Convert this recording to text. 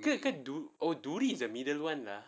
ke ikan oh duri is the middle one lah